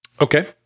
Okay